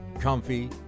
comfy